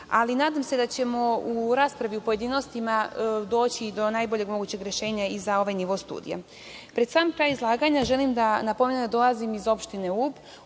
Ali nadam se da ćemo u raspravi u pojedinostima doći do najboljeg mogućeg rešenja i za ovaj nivo studija. Pred sam kraj izlaganja, želim da napomenem da dolazim iz opštine Ub,